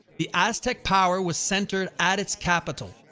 the aztec power was centered at its capital,